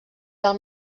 del